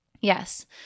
yes